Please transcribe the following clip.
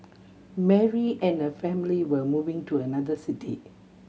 Mary and her family were moving to another city